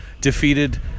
defeated